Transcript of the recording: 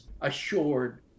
assured